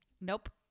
Nope